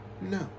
No